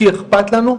כי אכפת לנו.